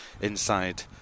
inside